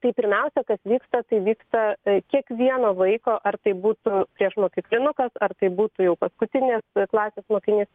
tai pirmiausia kas vyksta tai vyksta kiekvieno vaiko ar tai būtų priešmokyklinukas ar tai būtų jau paskutinės klasės mokinys